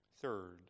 Third